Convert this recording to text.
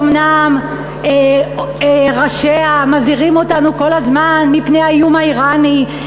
אומנם ראשיה מזהירים אותנו כל הזמן מפני האיום האיראני,